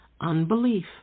Unbelief